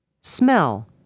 Smell